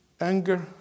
Anger